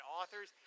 authors